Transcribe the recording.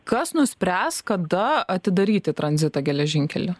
kas nuspręs kada atidaryti tranzitą geležinkeliu